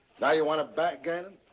now you want to back gannon,